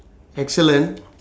excellent